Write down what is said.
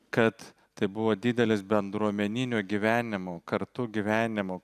kad tai buvo didelis bendruomeninio gyvenimo kartu gyvenimo